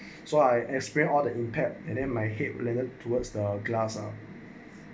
so I explain all the impact and in my head related towards the glass ah